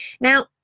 Now